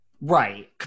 right